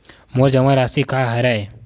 मोर जमा राशि का हरय?